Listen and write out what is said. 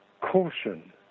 caution